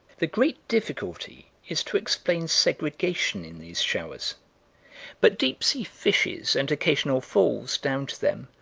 the great difficulty is to explain segregation in these showers but deep-sea fishes and occasional falls, down to them,